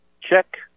check